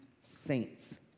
saints